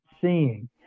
seeing